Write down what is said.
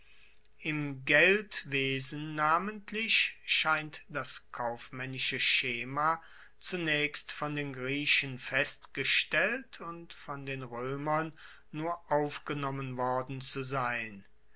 im geldwesen namentlich scheint das kaufmaennische schema zunaechst von den griechen festgestellt und von den roemern nur aufgenommen worden zu sein